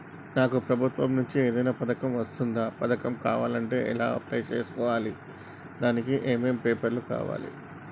నాకు ప్రభుత్వం నుంచి ఏదైనా పథకం వర్తిస్తుందా? పథకం కావాలంటే ఎలా అప్లై చేసుకోవాలి? దానికి ఏమేం పేపర్లు కావాలి?